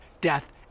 death